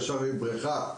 הוא ישר בונה בריכה.